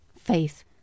Faith